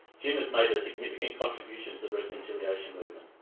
jim has made a significant contribution to the reconciliation movement.